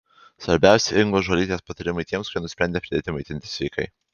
svarbiausi ingos žuolytės patarimai tiems kurie nusprendė pradėti maitintis sveikai